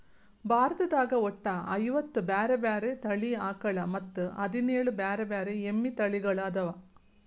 ಭಾರತದಾಗ ಒಟ್ಟ ಐವತ್ತ ಬ್ಯಾರೆ ಬ್ಯಾರೆ ತಳಿ ಆಕಳ ಮತ್ತ್ ಹದಿನೇಳ್ ಬ್ಯಾರೆ ಬ್ಯಾರೆ ಎಮ್ಮಿ ತಳಿಗೊಳ್ಅದಾವ